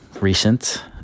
recent